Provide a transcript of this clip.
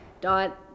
dot